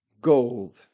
gold